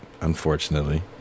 unfortunately